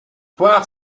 pevar